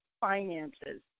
finances